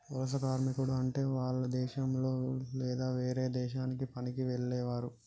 వలస కార్మికుడు అంటే వాల్ల దేశంలొ లేదా వేరే దేశానికి పనికి వెళ్లేవారు